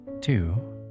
two